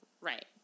Right